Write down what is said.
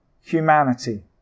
humanity